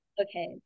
Okay